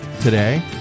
today